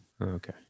Okay